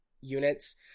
units